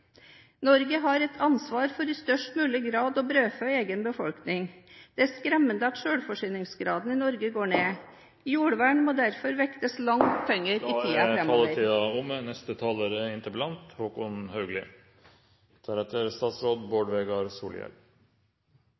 Norge har et ansvar for i størst mulig grad å brødfø egen befolkning. Det er skremmende at selvforsyningsgraden i Norge går ned. Jordvern må derfor vektes langt tyngre i tiden framover. Takk for en god debatt om